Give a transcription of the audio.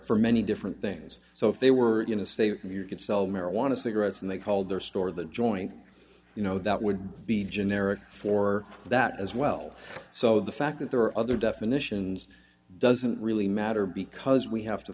for many different things so if they were going to say you could sell marijuana cigarettes and they called their store the joint you know that would be generic for that as well so the fact that there are other definitions doesn't really matter because we have to